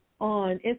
On